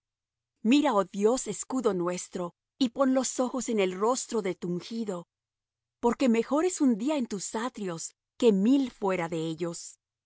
mira oh dios escudo nuestro y pon los ojos en el rostro de tu ungido porque mejor es un día en tus atrios que mil fuera de ellos